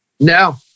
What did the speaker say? No